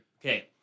Okay